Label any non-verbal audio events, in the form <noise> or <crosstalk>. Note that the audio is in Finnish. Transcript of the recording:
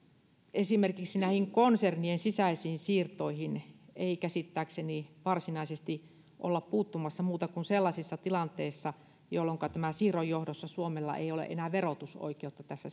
esimerkiksi näihin konsernien sisäisiin siirtoihin ei käsittääkseni varsinaisesti olla puuttumassa muuten kuin sellaisissa tilanteissa jolloin tämän siirron johdosta suomella ei ole enää verotusoikeutta tässä <unintelligible>